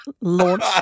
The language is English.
launch